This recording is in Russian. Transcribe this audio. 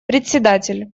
председатель